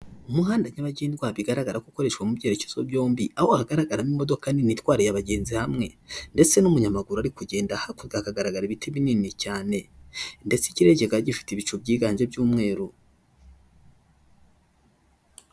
Umuhanda nyabagendwara bigaragara ko ukoreshwa mu byerekezo byombi, aho hagaragaramo imodoka nini itwariye abagenzi hamwe ndetse n'umunyamaguru ari kugenda, hakurya hakagaragara ibiti binini cyane ndetse ikirere kikaba gifite ibicu byiganje by'umweru.